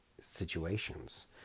situations